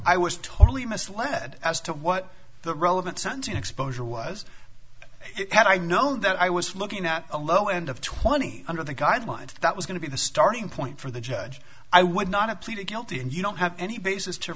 i was totally misled as to what the relevant scenting exposure was had i known that i was looking at a low end of twenty under the guidelines that was going to be the starting point for the judge i would not pleaded guilty and you don't have any basis to